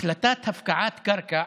החלטה על הפקעת קרקע